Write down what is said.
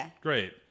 great